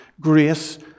Grace